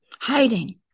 hiding